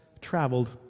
traveled